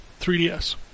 3DS